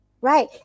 Right